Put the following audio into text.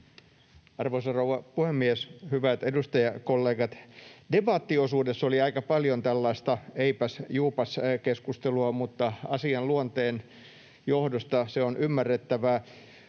Arvoisa rouva puhemies! Hyvät edustajakollegat! Debattiosuudessa oli aika paljon tällaista eipäs—juupas-keskustelua, mutta asian luonteen johdosta se on ymmärrettävää.